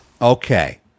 Okay